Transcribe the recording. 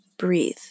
breathe